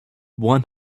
one